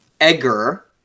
Edgar